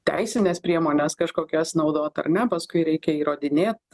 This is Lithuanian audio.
teisines priemones kažkokias naudot ar ne paskui reikia įrodinėt